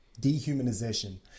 dehumanization